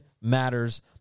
matters